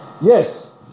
Yes